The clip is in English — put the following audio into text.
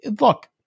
Look